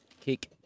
Kick